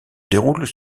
déroulent